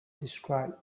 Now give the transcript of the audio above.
described